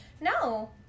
No